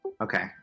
Okay